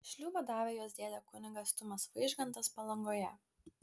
šliūbą davė jos dėdė kunigas tumas vaižgantas palangoje